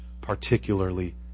particularly